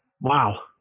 Wow